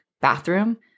bathroom